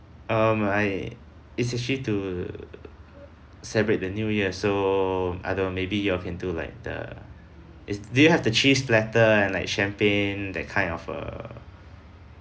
um I it's actually to celebrate the new year so I don't know maybe you all can do like the do you have the cheese platter and like champagne that kind of err